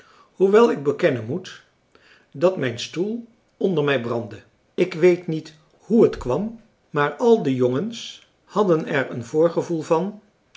hoewel ik bekennen moet dat mijn stoel onder mij brandde ik weet niet hoe het kwam maar al de jongens hadden er een voorgevoel van